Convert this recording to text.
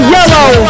Yellow